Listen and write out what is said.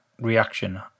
reaction